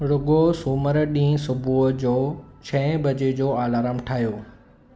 रुॻो सुमरु ॾींहुं सुबुह जो छह बजे जो अलारम ठाहियो